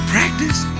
Practice